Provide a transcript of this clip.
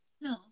No